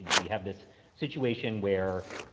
we have this situation where,